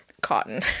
Cotton